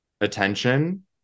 attention